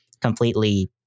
completely